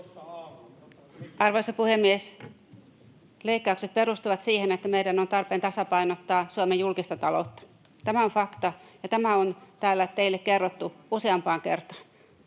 Arvoisa puhemies! Leikkaukset perustuvat siihen, että meidän on tarpeen tasapainottaa Suomen julkista taloutta. Tämä on fakta, ja tämä on täällä teille kerrottu useampaan kertaan.